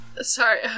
Sorry